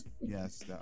yes